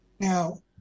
Now